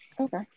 Okay